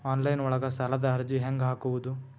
Online ಒಳಗ ಸಾಲದ ಅರ್ಜಿ ಹೆಂಗ್ ಹಾಕುವುದು?